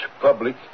public